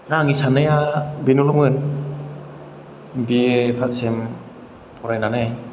दा आंनि साननाया बेनोल'मोन बिए फार्स सेम फरायनानै